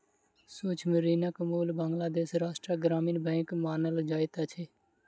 सूक्ष्म ऋणक मूल बांग्लादेश राष्ट्रक ग्रामीण बैंक मानल जाइत अछि